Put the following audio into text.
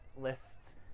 lists